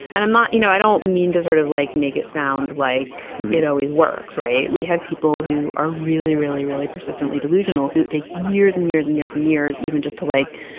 and i'm not you know, i don't mean does sort of like make it sound like it always works. right? we have people who are really, really, really persistently delusional, who it takes years and years and years and years even just to like,